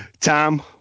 Tom